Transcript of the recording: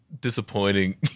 disappointing